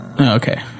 Okay